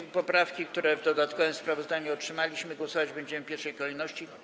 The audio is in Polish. Nad poprawkami, które w dodatkowym sprawozdaniu otrzymaliśmy, głosować będziemy w pierwszej kolejności.